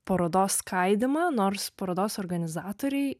parodos skaidymą nors parodos organizatoriai